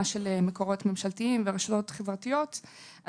של מקורות ממשלתיים ורשתות חברתיות,